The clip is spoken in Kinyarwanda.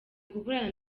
gukorana